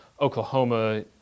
Oklahoma